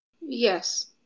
Yes